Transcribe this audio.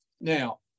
Now